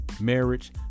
marriage